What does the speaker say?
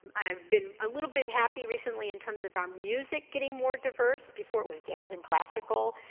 i've been a little bit happy recently in terms of our music getting more diverse, before it was jazz and classical.